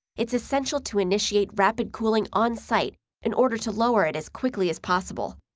it's essential to initiate rapid cooling on site in order to lower it as quickly as possible.